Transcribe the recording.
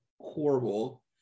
horrible